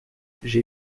j’ai